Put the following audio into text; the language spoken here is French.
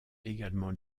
également